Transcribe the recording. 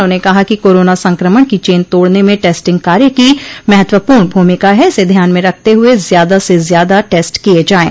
उन्होंने कहा कि कोरोना संक्रमण की चेन तोड़ने में टेस्टिंग कार्य की महत्वपूर्ण भूमिका है इसे ध्यान में रखते हुए ज्यादा से ज्यादा टेस्ट किये जाये